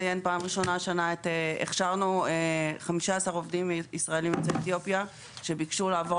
הכשרנו 15 עובדים יוצאי אתיופיה שביקשו לעבור